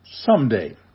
someday